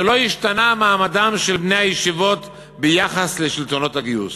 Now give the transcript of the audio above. שלא ישתנה מעמדם של בני הישיבות ביחס לשלטונות הגיוס.